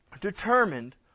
determined